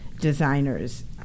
designers